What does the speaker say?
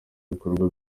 ibikorwa